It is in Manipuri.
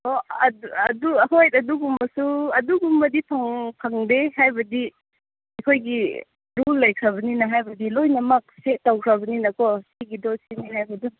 ꯍꯣ ꯑꯗꯨ ꯑꯩꯈꯣꯏ ꯑꯗꯨꯒꯨꯝꯕꯁꯨ ꯑꯗꯨꯒꯨꯝꯕꯗꯤ ꯐꯪꯗꯦ ꯍꯥꯏꯕꯗꯤ ꯑꯩꯈꯣꯏꯒꯤ ꯔꯨꯜ ꯂꯩꯈ꯭ꯔꯕꯅꯤꯅ ꯍꯥꯏꯕꯗꯤ ꯂꯣꯏꯅꯃꯛ ꯁꯦꯠ ꯇꯧꯈ꯭ꯔꯕꯅꯤꯅꯀꯣ ꯑꯩꯒꯤꯗꯣ ꯁꯤꯅꯤ ꯍꯥꯏꯕꯗꯨ